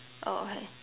oh okay